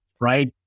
right